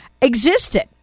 existed